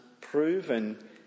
proven